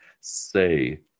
Say